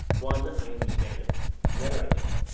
one i understand and the other i don't